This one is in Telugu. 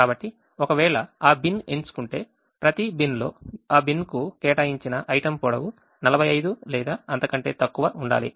కాబట్టి ఒకవేళ ఆ బిన్ ఎంచుకుంటే ప్రతి బిన్లో ఆ బిన్కు కేటాయించిన items పొడవు 45 లేదా అంతకంటే తక్కువ ఉండాలి